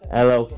Hello